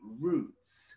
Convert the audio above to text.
roots